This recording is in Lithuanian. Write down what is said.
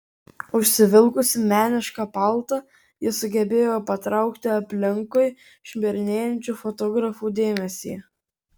užsivilkusi menišką paltą ji sugebėjo patraukti aplinkui šmirinėjančių fotografų dėmesį